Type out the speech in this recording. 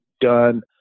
done